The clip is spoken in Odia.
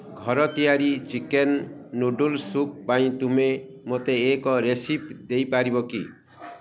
ଘର ତିଆରି ଚିକେନ୍ ନୁଡ଼ୁଲ୍ ସୁପ୍ ପାଇଁ ତୁମେ ମୋତେ ଏକ ରେସିପି ଦେଇପାରିବ କି